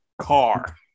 car